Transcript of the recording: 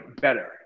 better